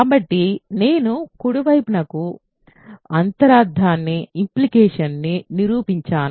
కాబట్టి నేను కుడి వైపుకు అంతరార్థాన్ని నిరూపించాను